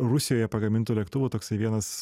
rusijoje pagamintų lėktuvų toksai vienas